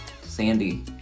Sandy